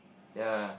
ya